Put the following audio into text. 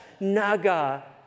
naga